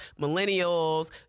millennials